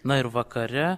na ir vakare